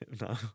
No